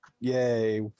yay